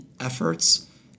efforts